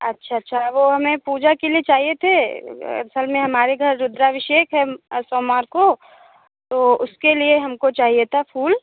अच्छा अच्छा वो हमें पूजा के लिए चाहिए थे असल में हमारे घर रुद्राअभिषेक है सोमवार को तो उसके लिए हमको चाहिए था फूल